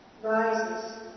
Rises